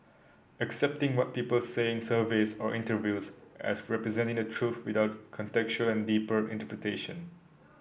accepting what people say in surveys or interviews as representing the truth without contextual and deeper interpretation